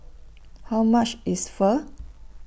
How much IS Pho